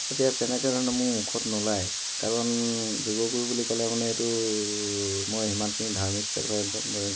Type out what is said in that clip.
এতিয়া তেনেকুৱা ধৰণে মোৰ মুখত নোলাই কাৰণ যোগগুৰু বুলি ক'লে মানে এইটো মই সিমানখিনি ধাৰ্মিক হিচাপে মই